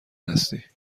هستی